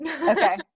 Okay